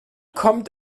kommt